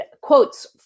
quotes